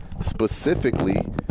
Specifically